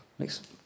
Next